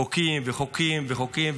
חוקים וחוקים וחוקים.